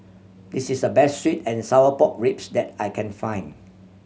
this is the best sweet and sour pork ribs that I can find